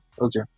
Okay